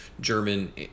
German